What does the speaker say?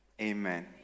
amen